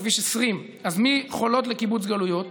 בכביש 20: מחולות לקיבוץ גלויות